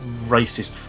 racist